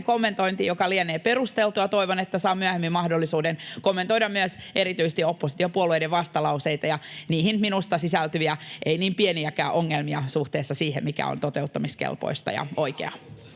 kommentointiin, mikä lienee perusteltua, toivon, että saan myöhemmin mahdollisuuden kommentoida myös erityisesti oppositiopuolueiden vastalauseita ja niihin sisältyviä — minusta ei niin pieniäkään — ongelmia suhteessa siihen, mikä on toteuttamiskelpoista ja oikeaa.